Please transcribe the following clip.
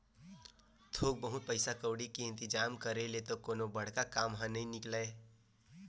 थोक बहुत पइसा कउड़ी के इंतिजाम करे ले तो कोनो बड़का काम ह नइ निकलय